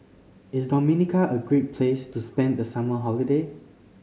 is Dominica a great place to spend the summer holiday